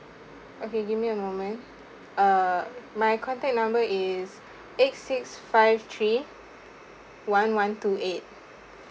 okay give me a moment uh my contact number is eight six five three one one two eight